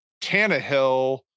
Tannehill